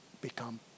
become